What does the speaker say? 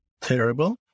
terrible